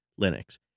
Linux